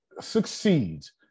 succeeds